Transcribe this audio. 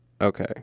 okay